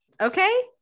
Okay